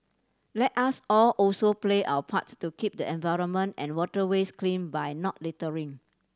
let us all also play our part to keep the environment and waterways clean by not littering